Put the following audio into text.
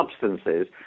substances